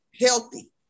healthy